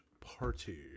party